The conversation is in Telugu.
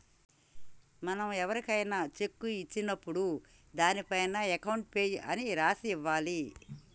మనం ఎవరికైనా శెక్కు ఇచ్చినప్పుడు దానిపైన అకౌంట్ పేయీ అని రాసి ఇవ్వాలి